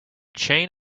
chain